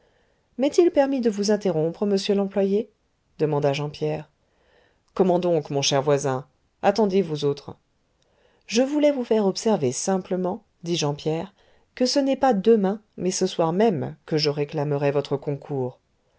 m'est-il permis de vous interrompre monsieur l'employé demanda jean pierre comment donc mon cher voisin attendez vous autres je voulais vous faire observer simplement dit jean pierre que ce n'est pas demain mais ce soir même que je réclamerai votre concours